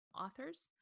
authors